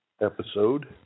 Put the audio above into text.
Episode